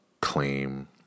claim